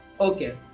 okay